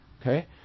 okay